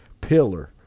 pillar